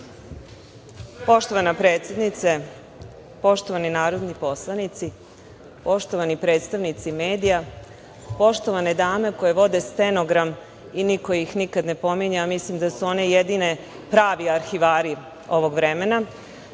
Poštovana predsednice, poštovani narodni poslanici, poštovani predstavnici medija, poštovane dame koje vode stenogram i niko ih nikad ne pominje, a mislim da su one jedini pravi arhivari ovog vremena.